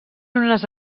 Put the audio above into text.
unes